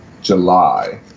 July